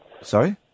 Sorry